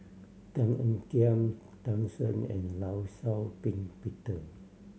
Tan Ean Kiam Tan Shen and Law Shau Ping Peter